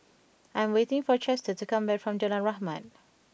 I am waiting for Chester to come back from Jalan Rahmat